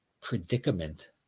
predicament